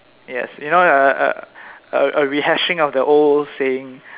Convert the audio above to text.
yes you know err a rehashing of the old saying